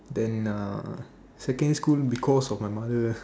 then uh secondary school because of my mother